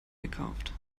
gekauft